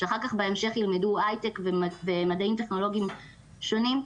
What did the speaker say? שאחר כך בהמשך ילמדו הייטק ומדעים טכנולוגיים שונים,